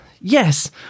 Yes